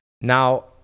Now